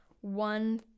one